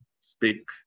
speak